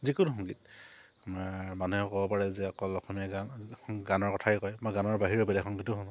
যিকোনো সংগীত মানুহে ক'ব পাৰে যে অকল অসমীয়া গান গানৰ কথাই কয় মই গানৰ বাহিৰৰ বেলেগ সংগীতো শুনো